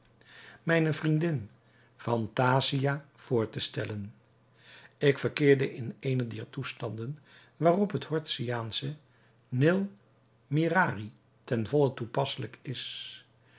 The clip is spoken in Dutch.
mijne vriendin phantasia voor te stellen ik verkeerde in eenen dier toestanden waarop het horatiaansche nil mirari ten volle toepasselijk is